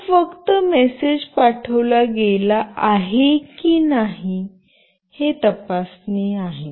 हे फक्त मेसेज पाठविला गेला आहे की नाही हे तपासणी आहे